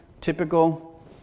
typical